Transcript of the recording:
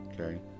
Okay